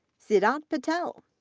siddhant patel,